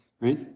Right